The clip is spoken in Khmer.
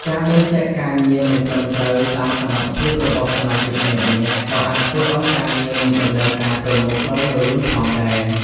ការបែងចែកការងារមិនត្រឹមត្រូវតាមសមត្ថភាពរបស់សមាជិកម្នាក់ៗ ក៏អាចធ្វើឱ្យការងារមិនដំណើរការទៅមុខដោយរលូនផងដែរ។